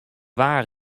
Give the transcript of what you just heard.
waar